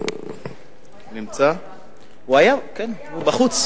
הוא בחוץ.